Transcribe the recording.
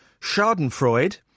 Schadenfreude